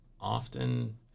often